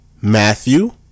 Matthew